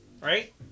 Right